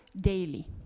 daily